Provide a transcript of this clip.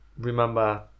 Remember